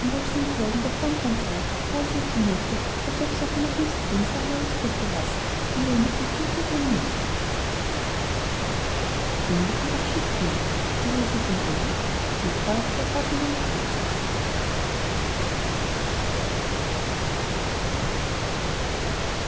denselben davonfahren sah war es ihr zu mute als ob sie auf einer wüsten insel allein zurückgelassen elendiglich untergehen müsse